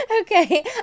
Okay